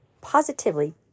positively